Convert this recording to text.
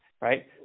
right